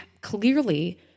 clearly